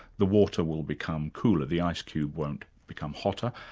the water will become cooler, the ice cube won't become hotter,